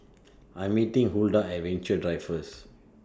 I'm meeting Huldah At Venture Drive First